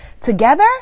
together